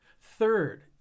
Third